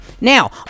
Now